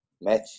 match